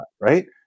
right